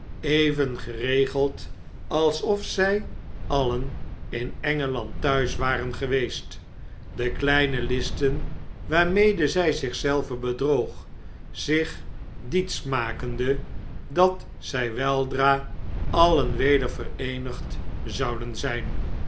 even geregeld alsof zij alien in engeland thuis waren geweest de kleine listen waarmede zij zich zelve bedroog zich diets makende dat zij weldra alien weder vereenigd zouden zijn